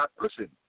Listen